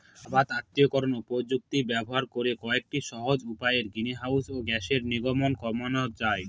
অবাত আত্তীকরন প্রযুক্তি ব্যবহার করে কয়েকটি সহজ উপায়ে গ্রিনহাউস গ্যাসের নির্গমন কমানো যায়